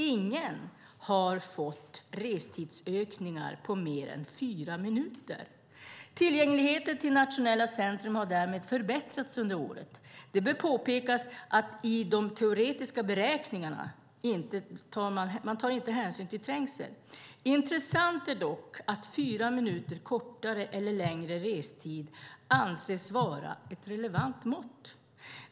Ingen har fått restidsökningar på mer än fyra minuter. Tillgängligheten till nationella centrum har därmed förbättrats under året. Det bör påpekas att i de teoretiska beräkningarna tar man inte hänsyn till trängsel. Intressant är dock att fyra minuter kortare eller längre restid anses vara ett relevant mått.